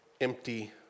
empty